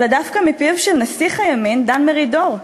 אלא דווקא מפיו של נסיך הימין דן מרידור.